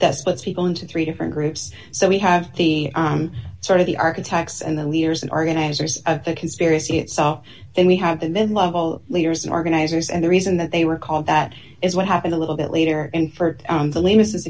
that splits people into three different groups so we have the sort of the architects and the leaders and organizers of the conspiracy itself and we have the mid level leaders and organizers and the reason that they were called that is what happened a little bit later and for the l